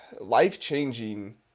Life-changing